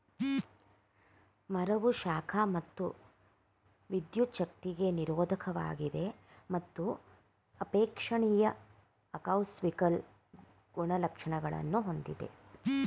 ಮರವು ಶಾಖ ಮತ್ತು ವಿದ್ಯುಚ್ಛಕ್ತಿಗೆ ನಿರೋಧಕವಾಗಿದೆ ಮತ್ತು ಅಪೇಕ್ಷಣೀಯ ಅಕೌಸ್ಟಿಕಲ್ ಗುಣಲಕ್ಷಣಗಳನ್ನು ಹೊಂದಿದೆ